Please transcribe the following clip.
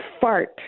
fart